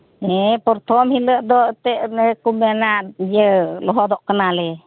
ᱦᱮᱸ ᱯᱚᱨᱛᱷᱚᱢ ᱦᱤᱞᱳᱜ ᱫᱚ ᱮᱛᱮᱜ ᱚᱱᱮᱠᱚ ᱢᱮᱱᱟ ᱤᱭᱟᱹ ᱞᱚᱦᱚᱛᱚᱜ ᱠᱟᱱᱟᱞᱮ